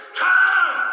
time